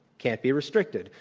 can't be restricted.